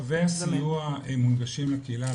קווי סיוע מונגשים לקהילה,